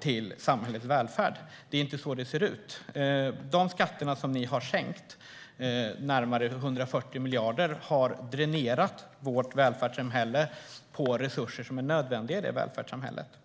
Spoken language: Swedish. till samhällets välfärd. Det är inte så det ser ut. De skatter som ni har sänkt, på närmare 140 miljarder, har dränerat vårt välfärdssamhälle på resurser som är nödvändiga i välfärdssamhället.